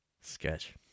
sketch